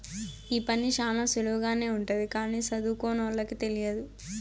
ఈ పని శ్యానా సులువుగానే ఉంటది కానీ సదువుకోనోళ్ళకి తెలియదు